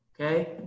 okay